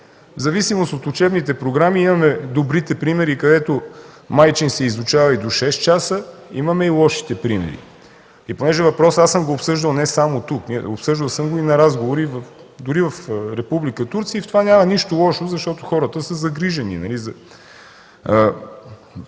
В зависимост от учебните програми имаме добрите примери, където майчин език се изучава и до шест часа, имаме и лошите примери. Аз съм обсъждал въпроса не само тук. Обсъждал съм го и на разговори дори в Република Турция, и в това няма нищо лошо, защото хората са загрижени.